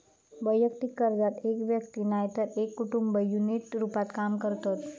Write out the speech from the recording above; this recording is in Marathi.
वैयक्तिक कर्जात एक व्यक्ती नायतर एक कुटुंब युनिट रूपात काम करतत